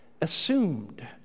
assumed